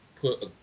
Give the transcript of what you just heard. put